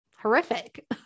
horrific